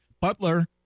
Butler